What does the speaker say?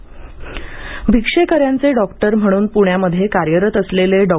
प्रदर्शन भिक्षेकर्याचे डॉक्टर म्हणून प्ण्यामध्ये कार्यरत असलेले डॉ